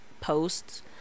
posts